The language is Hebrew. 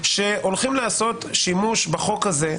שעלולים לעשות שימוש בחוק הזה,